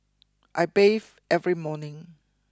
I bathe every morning